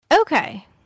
Okay